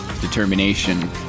determination